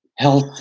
health